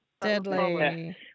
Deadly